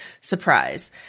surprise